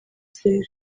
ikizere